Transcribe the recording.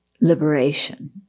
liberation